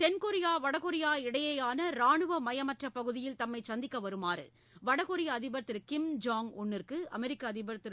தென் Korea வடகொரியா இடையேயான ராணுவமயமற்ற பகுதியில் தம்மை சந்திக்க வருமாறு வடகொரிய அதிபர் திரு கிம் ஜாங் உள்ளிற்கு அமெரிக்க அதிபர் திரு